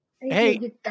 hey